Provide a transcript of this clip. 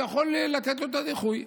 הוא יכול לתת לו את הדיחוי.